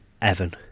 Evan